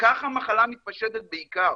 שכך המחלה מתפשטת בעיקר,